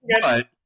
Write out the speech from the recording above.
but-